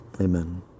amen